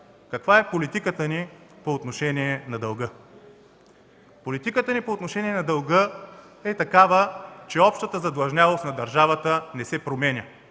каква е политиката ни по отношение на дълга. Политиката ни по отношение на дълга е, че общата задлъжнялост на държавата не се променя.